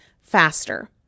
faster